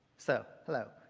so, hello.